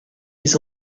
les